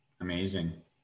Amazing